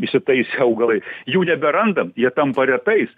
įsitaisę augalai jų neberandam jie tampa retais